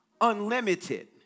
unlimited